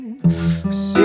Say